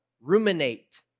ruminate